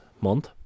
month